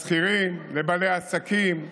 לשכירים, לבעלי העסקים,